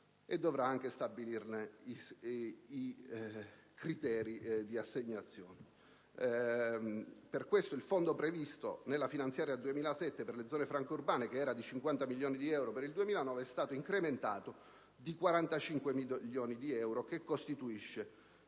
e dovrà anche stabilire i criteri di assegnazione. Per questo, il Fondo previsto nella finanziaria 2007 per le zone franche urbane, di 50 milioni di euro per il 2009, è stato incrementato di 45 milioni di euro, che costituiscono